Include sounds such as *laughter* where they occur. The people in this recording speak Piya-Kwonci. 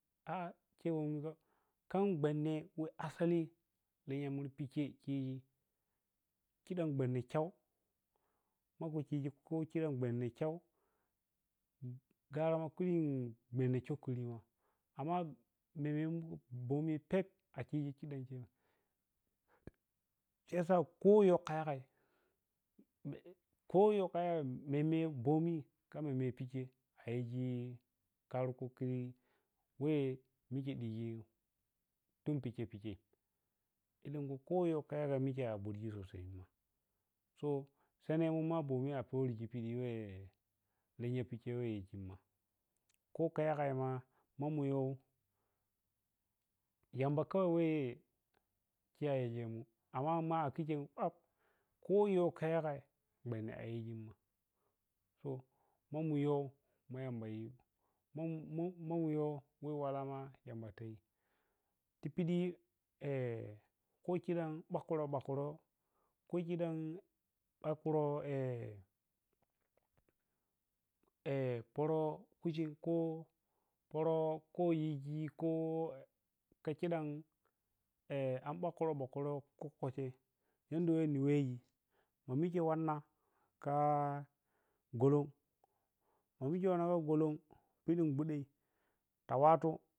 A'a khan gwanne weh asali lenya murpi khei khiji khidan gwanne kyau makhu khiji khi makhu khiji khida gwanne kyau garama khui gwanne khukuri ma amma *unintelligible* bomi phep a khiji khiɗan khema shiyasakho yoh kha yagai kho yoh kha yagai meme bomi kha meme pikhei a yiji kharo khuke weh mikhe ɗiji tun pikhei pikhei alenkhu kho kha yoh kha yagai mikhei a burgi so sai nma so sanemun ma bomi a perighi piɗi weh lenya pikhe weh yekhim ma kho kha yagai ma mu yoh yamba weh kawai khiyayimun amma ma khikhem kho yih kha yagai gwanne ayijim ma so ma mu yoh ma yamba yi ma mu yoh weh walah ma yamba tayi ti piɗi *hesitation* kho khidan bakro bakro kho khidan bakro *hesitation* pərə kucin kho pərə kho yiji kho kha khidan *hesitation* an bakro ɓakro, khok kho khei yadda weh ni wehji ma mikhe wanna kha gulum, ma mikhe wanna kha gulum piɗi gwaɗe ta wuttu.